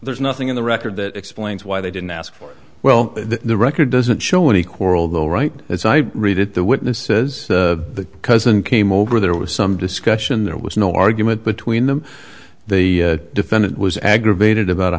there's nothing in the record that explains why they didn't ask for well the record doesn't show any quarrel though right as i read it the witness says the cousin came over there was some discussion there was no argument between them the defendant was aggravated about a